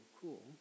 cool